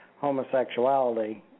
homosexuality